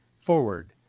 forward